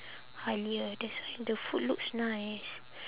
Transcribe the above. Halia that's why the food looks nice